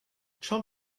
trump